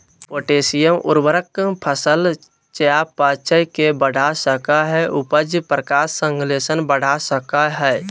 potassium उर्वरक फसल चयापचय के बढ़ा सकई हई, उपज, प्रकाश संश्लेषण बढ़ा सकई हई